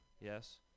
yes